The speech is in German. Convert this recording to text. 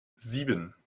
sieben